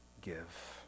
give